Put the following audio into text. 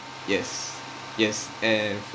yes yes and from